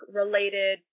related